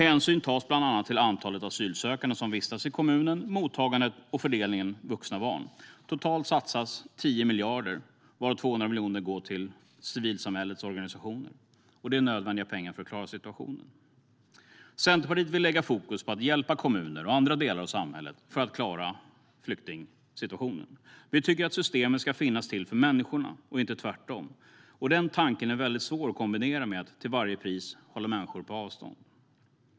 Hänsyn tas bland annat till antalet asylsökande som vistas i kommunen, mottagandet och fördelningen mellan vuxna och barn. Totalt satsas 10 miljarder kronor, varav 200 miljoner går till civilsamhällets organisationer. Det är pengar som är nödvändiga för att klara situationen. Centerpartiet vill lägga fokus på att hjälpa kommuner och andra delar av samhället att klara av flyktingsituationen. Vi tycker att systemet ska finnas till för människorna och inte tvärtom. Den tanken är svår att kombinera med att man till varje pris ska hålla människor på avstånd.